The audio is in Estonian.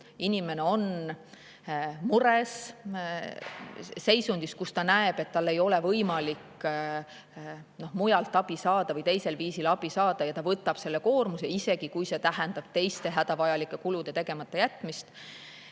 Inimene on mures, seisundis, kus ta näeb, et tal ei ole võimalik mujalt abi saada või teisel viisil abi saada, ja ta võtab selle koormuse, isegi kui see tähendab teiste hädavajalike kulude tegematajätmist.